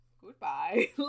goodbye